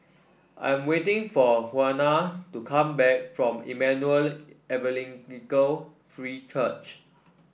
I'm waiting for Juana to come back from Emmanuel Evangelical Free Church